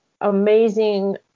amazing